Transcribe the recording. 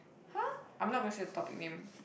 !har! I'm not going to say the topic name